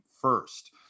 first